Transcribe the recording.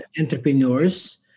entrepreneurs